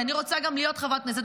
כי אני רוצה גם להיות חברת כנסת,